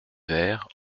verre